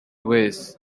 wese